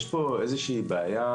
יש פה איזו שהיא בעיה,